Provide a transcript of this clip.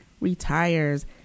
retires